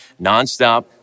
nonstop